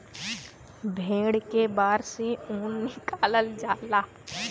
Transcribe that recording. भेड़ के बार से ऊन निकालल जाला